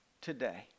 today